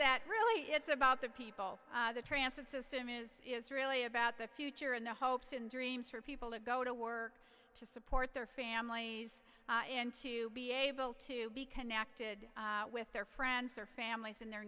that really it's about the people the transit system is is really about the future and their hopes and dreams for people to go to work to support their families and to be able to be connected with their friends their families and their